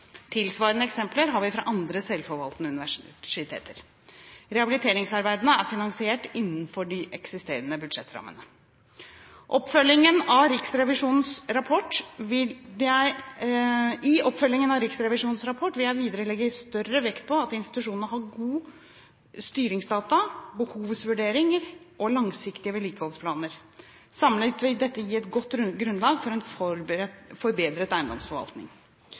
Tilsvarende eksempler har vi fra andre selvforvaltende universiteter. Rehabiliteringsarbeidene er finansiert innenfor de eksisterende budsjettrammene. I oppfølgingen av Riksrevisjonens rapport vil jeg videre legge større vekt på at institusjonene har gode styringsdata, behovsvurderinger og langsiktige vedlikeholdsplaner. Samlet vil dette gi et godt grunnlag for en forbedret eiendomsforvaltning.